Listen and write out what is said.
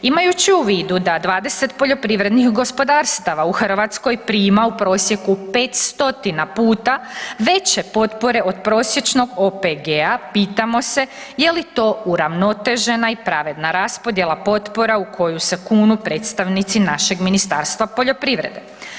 Imajući u vidu da 20 poljoprivrednih gospodarstava u Hrvatskoj prima u prosjeku 500 puta veće potpore od prosječnog OPG-a pitamo se je li to uravnotežena i pravedna raspodjela potpora u koju se kunu predstavnici našeg Ministarstva poljoprivrede.